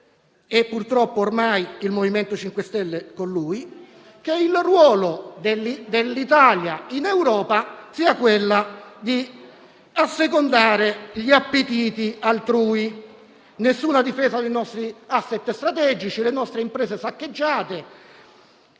e purtroppo ormai il MoVimento 5 Stelle con lui - che il ruolo dell'Italia in Europa sia quello di assecondare gli appetiti altrui: nessuna difesa dei nostri *asset* strategici, le nostre imprese saccheggiate